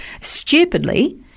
stupidly